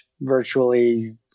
virtually